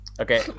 Okay